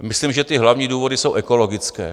Myslím, že hlavní důvody jsou ekologické.